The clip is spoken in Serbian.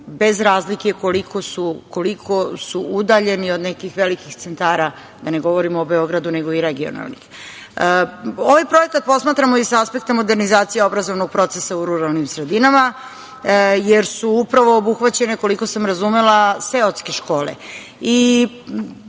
bez razlike koliko su udaljeni od nekih velikih centara, da ne govorim o Beogradu, nego i regionalnih. Ovaj projekat posmatramo i sa aspekta modernizacije obrazovnog procesa u ruralnim sredinama, jer su upravo obuhvaćen, koliko sam razumela, seoske škole.